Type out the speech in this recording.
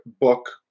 book